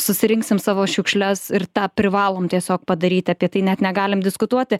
susirinksime savo šiukšles ir tą privalom tiesiog padaryti apie tai net negalim diskutuoti